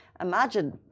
imagine